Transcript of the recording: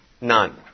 None